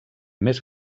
més